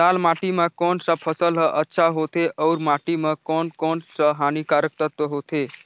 लाल माटी मां कोन सा फसल ह अच्छा होथे अउर माटी म कोन कोन स हानिकारक तत्व होथे?